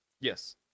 yes